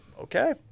Okay